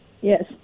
Yes